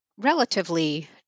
relatively